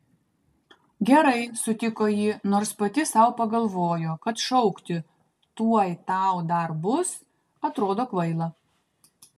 gerai sutiko ji nors pati sau pagalvojo kad šaukti tuoj tau dar bus atrodo kvaila